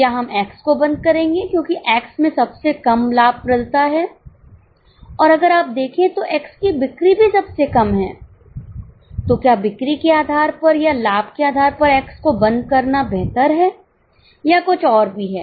क्या हम X को बंद करेंगे क्योंकि X में सबसे कम लाभप्रदता है और अगर आप देखें तो X की बिक्री भी सबसे कम है तो क्या बिक्री के आधार पर या लाभ के आधार पर X को बंद करना बेहतर है या कुछ और भी है